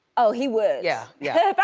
oh, he would. yeah, yeah.